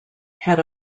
had